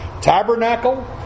Tabernacle